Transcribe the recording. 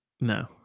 No